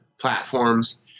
platforms